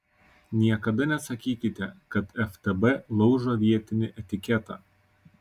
niekada nesakykite kad ftb laužo vietinį etiketą